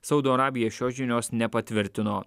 saudo arabija šios žinios nepatvirtino